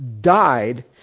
died